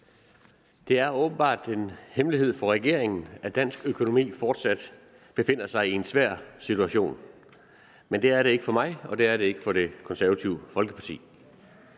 Det er åbenbart en hemmelighed for regeringen, at dansk økonomi fortsat befinder sig i en svær situation. Men det er det ikke for mig, og det er det ikke for Det Konservative Folkeparti.